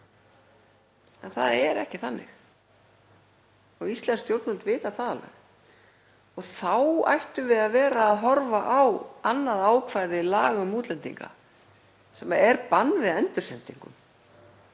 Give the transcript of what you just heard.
en það er ekki þannig og íslensk stjórnvöld vita það alveg. Þá ættum við að vera að horfa á annað ákvæði laga um útlendinga sem er bann við endursendingu.